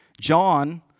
John